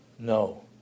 No